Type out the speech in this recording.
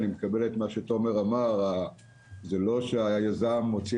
אני מקבל את מה שתומר אמר שזה לא שהיזם מוציא